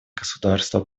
государства